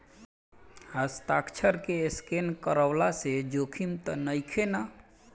हस्ताक्षर के स्केन करवला से जोखिम त नइखे न?